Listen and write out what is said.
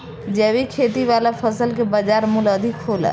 जैविक खेती वाला फसल के बाजार मूल्य अधिक होला